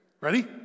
Ready